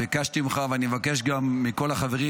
ביקשת ממך ואני מבקש גם מכל החברים,